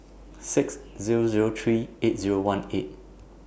six Zero Zero three eight Zero one eight